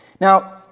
Now